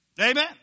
Amen